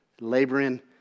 laboring